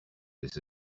this